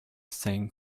same